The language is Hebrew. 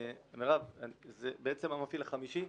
זה בעצם המפעיל החמישי,